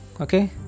okay